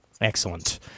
Excellent